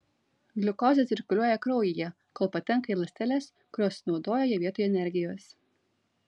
gliukozė cirkuliuoja kraujyje kol patenka į ląsteles kurios naudoja ją vietoj energijos